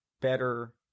better